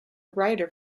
writer